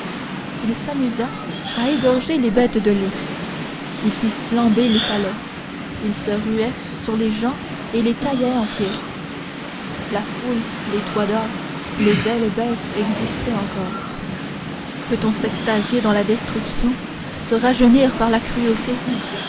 il s'amusa à égorger les bêtes de luxe il fit flamber les palais il se ruait sur les gens et les taillait en pièces la foule les toits d'or les belles bêtes existaient encore peut-on s'extasier dans la destruction se rajeunir par la cruauté